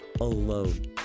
alone